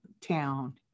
town